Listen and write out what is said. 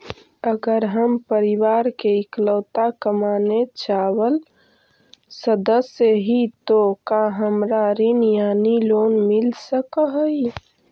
अगर हम परिवार के इकलौता कमाने चावल सदस्य ही तो का हमरा ऋण यानी लोन मिल सक हई?